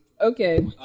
okay